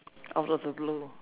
out of the blue